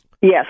Yes